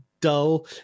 dull